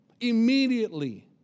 immediately